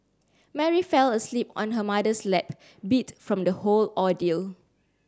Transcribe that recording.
Mary fell asleep on her mother's lap beat from the whole ordeal